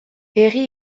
herri